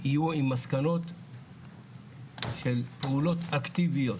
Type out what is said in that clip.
יהיה עם מסקנות של פעולות אקטיביות,